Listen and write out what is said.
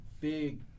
big